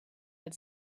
that